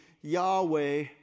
Yahweh